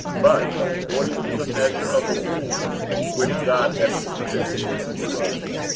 but according to the measure of the rule which god hath distributed to us,